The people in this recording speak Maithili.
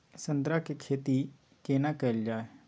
संतरा के खेती केना कैल जाय?